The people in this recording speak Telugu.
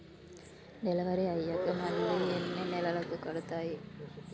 డెలివరీ అయ్యాక మళ్ళీ ఎన్ని నెలలకి కడుతాయి?